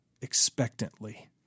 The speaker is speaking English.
expectantly